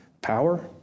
power